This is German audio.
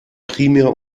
primär